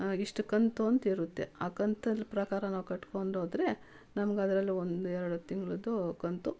ಇಷ್ಟು ಕಂತು ಅಂತಿರುತ್ತೆ ಆ ಕಂತಿನ ಪ್ರಕಾರ ನಾವು ಕಟ್ಕೊಂಡೋದರೆ ನಮ್ಗದ್ರಲ್ಲಿ ಒಂದೆರಡು ತಿಂಗ್ಳಿಂದು ಕಂತು